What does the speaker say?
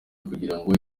kugirango